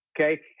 okay